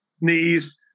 knees